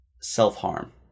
Self-harm